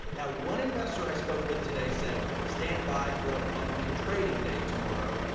now one investor i spoke with today said stand by for a bumpy trading day tomorrow.